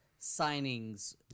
signings